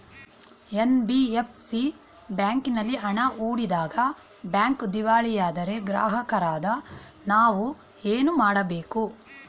NBFC ಬ್ಯಾಂಕಿನಲ್ಲಿ ಹಣ ಹೂಡಿದಾಗ ಬ್ಯಾಂಕ್ ದಿವಾಳಿಯಾದರೆ ಗ್ರಾಹಕರಾದ ನಾವು ಏನು ಮಾಡಬೇಕು?